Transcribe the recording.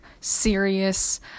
serious